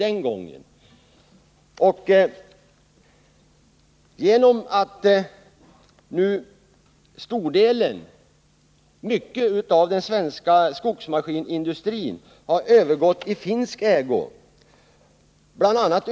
Genom att nu en stor del av den svenska skogsmaskinindustrin har övergått i finsk ägo — bl.a.